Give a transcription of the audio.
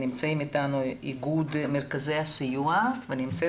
נמצאים איתנו איגוד מרכזי הסיוע ונמצאת